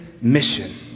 mission